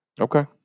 Okay